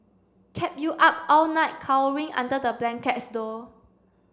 kept you up all night cowering under the blankets though